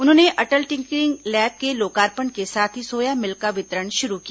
उन्होंने Atal tinkering lab के लोकार्पण के साथ ही सोया मिल्क का वितरण शुरू किया